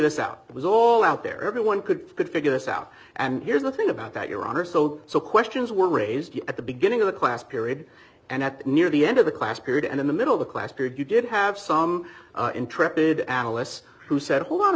this out it was all out there everyone could could figure this out and here's the thing about that your honor so so questions were raised at the beginning of the class period and at near the end of the class period and in the middle of the class period you did have some intrepid analysts who said hold on a